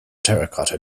terracotta